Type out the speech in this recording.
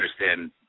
understand